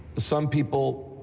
some people,